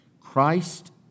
Christ